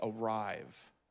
arrive